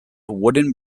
wooden